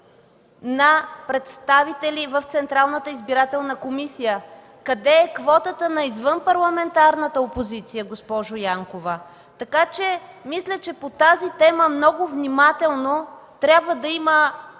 на представители в Централната избирателна комисия? Къде е квотата на извънпарламентарната опозиция, госпожо Янкова? Мисля, че по тази тема трябва да има